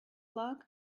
lot